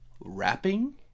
wrapping